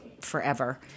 forever